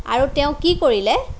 আৰু তেওঁ কি কৰিলে